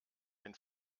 den